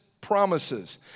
promises